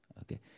okay